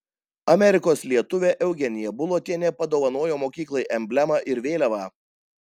amerikos lietuvė eugenija bulotienė padovanojo mokyklai emblemą ir vėliavą